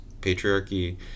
patriarchy